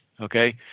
okay